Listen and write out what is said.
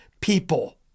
people